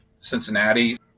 Cincinnati